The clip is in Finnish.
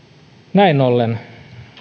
näin ollen